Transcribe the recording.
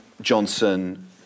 Johnson